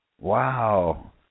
Wow